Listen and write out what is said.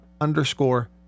underscore